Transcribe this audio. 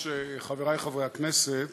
חבר הכנסת